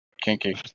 Kinky